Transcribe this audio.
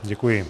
Děkuji.